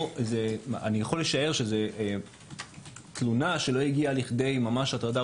אני יכול לשער שזו תלונה שלא הגיעה לכדי ממש הטרדה,